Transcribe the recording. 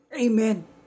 amen